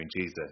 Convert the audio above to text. Jesus